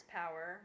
power